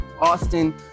Austin